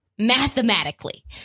Mathematically